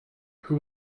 who